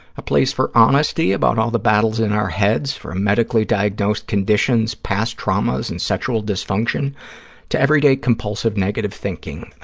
a place for honesty about all the battles in our heads, from medically diagnosed conditions, past traumas and sexual dysfunction to everyday compulsive negative thinking.